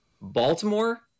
Baltimore